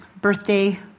birthday